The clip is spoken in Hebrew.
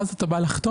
ואז אתה בא לחתום.